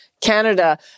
Canada